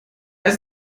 ist